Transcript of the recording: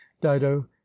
dido